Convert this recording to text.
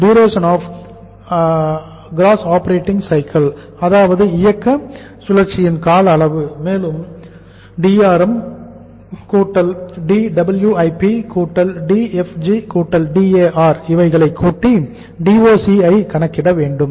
duration of operating cycle அதாவது இயக்க சுழற்சியின் கால அளவு மேலும் DRMDWIPDFGDAR இவைகளை கூட்டி DOC ஐ கணக்கிட வேண்டும்